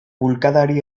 bulkadari